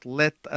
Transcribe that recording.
let